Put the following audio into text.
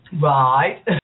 Right